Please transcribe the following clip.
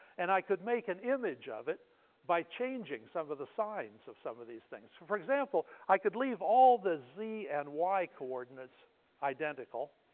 and i could make an image of it by changing some of the signs of some of these things. for example, i could leave all the z and y coordinates identical,